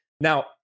Now